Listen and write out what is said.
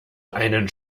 einen